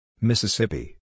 Mississippi